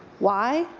why?